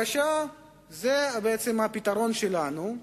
זה הפתרון שלנו,